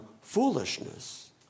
foolishness